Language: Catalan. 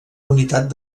unitat